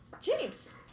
James